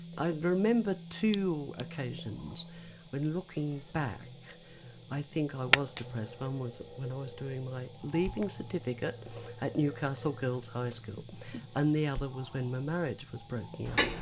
i remember two occasions when looking back i think i was depressed one um was when i was doing my leaving certificate at newcastle girls high school and the other was when my marriage was breaking up.